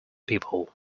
people